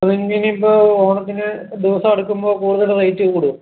അതിന് ഇനിയിപ്പോൾ ഓണത്തിന് ദിവസം അടുക്കുമ്പോൾ കൂടുതൽ റേറ്റ് കൂടുമോ